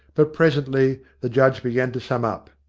but presently the judge began to sum up.